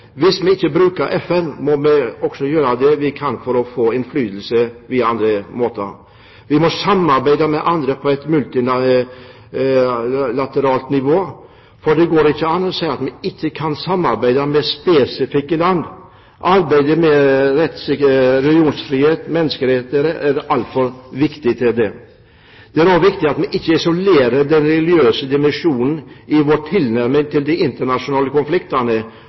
andre på et multilateralt nivå, for det går ikke an å si at vi ikke kan samarbeide med spesifikke land. Arbeidet med religionsfrihet og menneskerettigheter er altfor viktig til det. Det er også viktig at vi ikke isolerer den religiøse dimensjonen i vår tilnærming til de internasjonale konfliktene